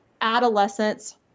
adolescents